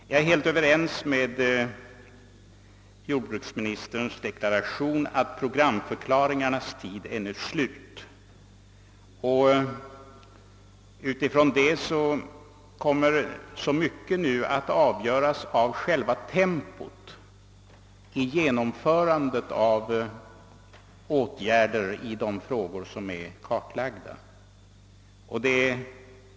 Jag är helt överens med jordbruksministern om att programförklaringarnas tid är slut och att mycket nu kommer att bero på själva tempot vid genomförandet av åtgärderna.